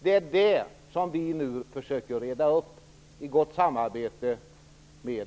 Det är det som vi nu försöker reda ut i gott samarbete med